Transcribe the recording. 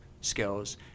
skills